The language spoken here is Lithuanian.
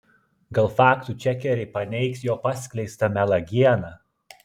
gal faktų čekeriai paneigs jo paskleistą melagieną